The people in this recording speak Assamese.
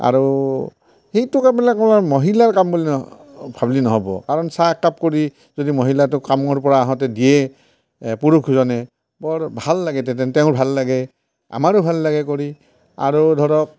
সেইটো সেইটো কাম অকল মহিলাৰ কাম বুলি ন ভাবিলে নহ'ব কাৰণ চাহ একাপ কৰি যদি মহিলাটো কামৰ পৰা আহোঁতে দিয়ে পুৰুষজনে বৰ ভাল লাগে তেন্তে তেওঁৰ ভাল লাগে আমাৰো ভাল লাগে কৰি আৰু ধৰক